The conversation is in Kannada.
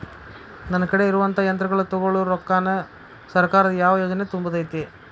ನನ್ ಕಡೆ ಇರುವಂಥಾ ಯಂತ್ರಗಳ ತೊಗೊಳು ರೊಕ್ಕಾನ್ ಸರ್ಕಾರದ ಯಾವ ಯೋಜನೆ ತುಂಬತೈತಿ?